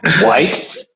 White